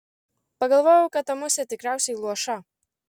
pagalvojau kad ta musė tikriausiai luoša